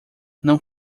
não